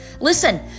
Listen